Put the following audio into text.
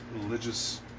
religious